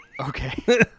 Okay